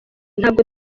ntabwo